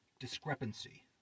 discrepancy